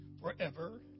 forever